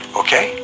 okay